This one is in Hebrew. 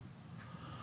אין.